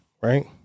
Right